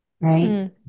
Right